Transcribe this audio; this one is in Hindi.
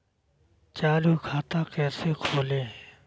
चालू खाता कैसे खोलें?